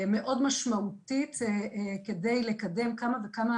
מאוד משמעותית על מנת לקדם כמה וכמה